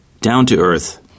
Down-to-Earth